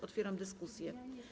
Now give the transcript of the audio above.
Otwieram dyskusję.